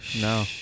No